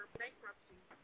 bankruptcy